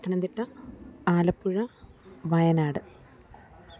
Pathanamthitta Alappuzha Wayanad